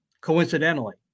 coincidentally